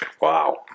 Wow